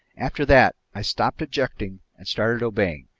after that, i stopped objecting and started obeying,